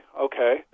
okay